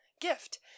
gift